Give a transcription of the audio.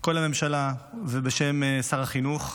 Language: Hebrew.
כל הממשלה ובשם שר החינוך,